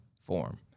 form